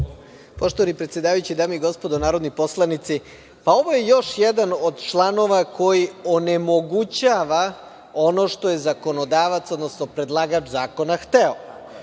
Poštovani predsedavajući, dame i gospodo narodni poslanici, ovo je još jedan od članova koji onemogućava ono što je zakonodavac, odnosno predlagač zakona hteo.U